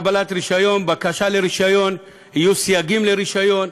רישיון, בקשה לרישיון, יהיו סייגים לרישיון,